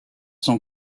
son